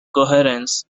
coherence